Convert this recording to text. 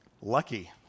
Lucky